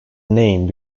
name